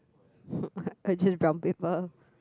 I choose brown paper